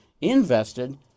invested